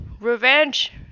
Revenge